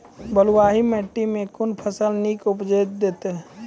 बलूआही माटि मे कून फसल नीक उपज देतै?